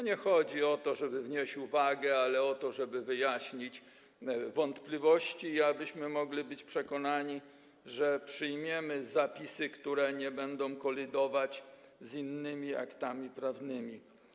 Nie chodzi o to, żeby wnieść uwagę, ale o to, żeby wyjaśnić wątpliwości i abyśmy mogli być przekonani, że przyjmiemy zapisy, które nie będą kolidować z innymi aktami prawnymi.